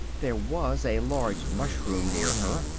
there was a large mushroom near her,